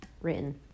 written